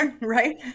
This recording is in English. right